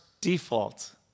default